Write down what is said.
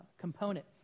component